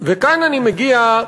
וכאן אני מגיע,